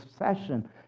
obsession